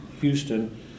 Houston